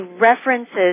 references